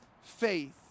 faith